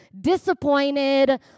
disappointed